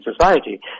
society